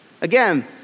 Again